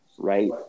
right